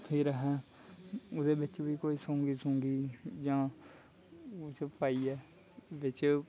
फिर अस ओह्दे बिच्च बी कोई सोंगी सुंगी जां पाइयै बिच्च